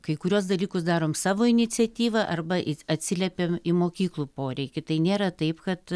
kai kuriuos dalykus darom savo iniciatyva arba atsiliepiam į mokyklų poreikį tai nėra taip kad